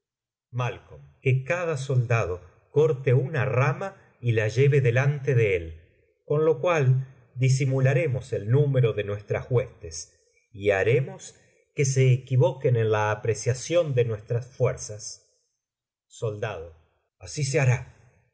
birnam que cada soldado corte una rama y la lleve delante de él con lo cual disimularemos el número de nuestras huestes y haremos que se equivoquen en la apreciación de nuestras fuerzas así se hará